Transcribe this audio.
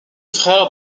frère